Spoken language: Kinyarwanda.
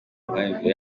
mibanire